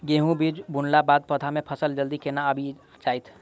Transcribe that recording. गेंहूँ बीज बुनला बाद पौधा मे फसल जल्दी केना आबि जाइत?